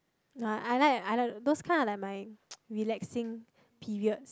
no I like I like those kind are like my relaxing periods